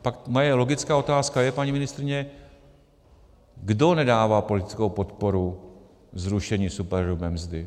Pak moje logická otázka je, paní ministryně kdo nedává politickou podporu zrušení superhrubé mzdy?